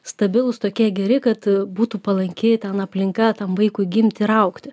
stabilūs tokie geri kad būtų palanki ten aplinka tam vaikui gimti ir augti